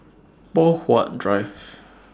Poh Huat Drive